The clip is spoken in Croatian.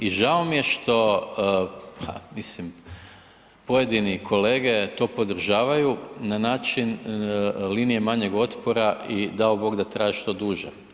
I žao mi je što, pa mislim pojedini kolege to podržavaju na način linije manjeg otpora i dao Bog da traje što duže.